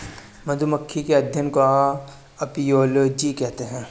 मधुमक्खियों के अध्ययन को अपियोलोजी कहते हैं